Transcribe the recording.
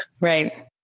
Right